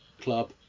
club